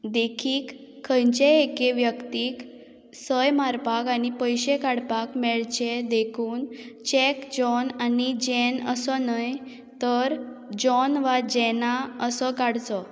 देखीक खंयचेय एके व्यक्तीक सय मारपाक आनी पयशे काडपाक मेळचे देखून चॅक जॉन आनी जेन असो न्हय तर जॉन वा जेना असो काडचो